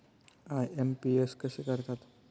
IMPS कसे करतात?